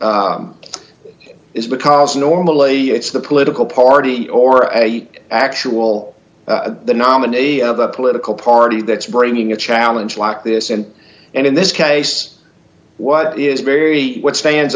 is because normally it's the political party or a actual the nominee of a political party that's bringing a challenge like this in and in this case what is very what stands